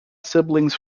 siblings